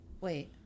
Wait